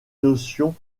notion